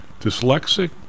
dyslexic